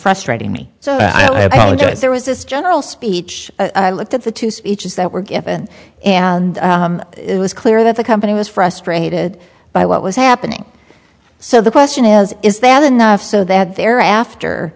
frustrating me so i apologise there was this general speech i looked at the two speeches that were given and it was clear that the company was frustrated by what was happening so the question is is that enough so that they're after